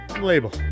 label